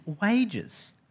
wages